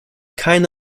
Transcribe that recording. keine